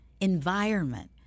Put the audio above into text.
environment